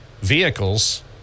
vehicles